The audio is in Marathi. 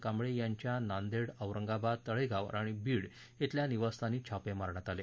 कांबळे यांच्या नांदेड औरंगाबाद तळेगाव आणि बीड इथल्या निवासस्थानी छापे मारण्यात आले